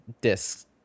discs